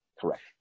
Correct